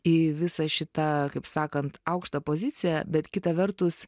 į visą šitą kaip sakant aukštą poziciją bet kita vertus